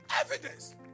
evidence